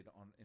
on